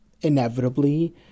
inevitably